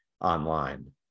online